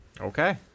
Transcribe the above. Okay